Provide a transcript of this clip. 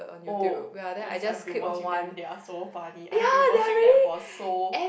oh please I've been watching them they are so funny I've been watching them for so